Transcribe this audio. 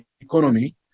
economy